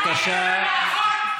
אני מדבר לא נכון?